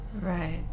Right